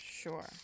Sure